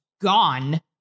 gone